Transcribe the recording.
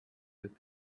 that